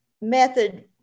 method